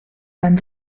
sein